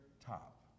top